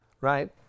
right